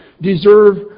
deserve